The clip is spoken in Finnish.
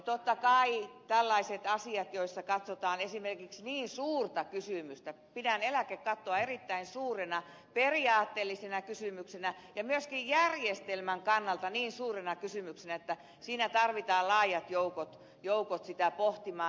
totta kai tällaisissa asioissa joissa katsotaan esimerkiksi niin suurta kysymystä pidän eläkekattoa erittäin suurena periaatteellisena kysymyksenä ja myöskin järjestelmän kannalta niin suurena kysymyksenä tarvitaan laajat joukot niitä pohtimaan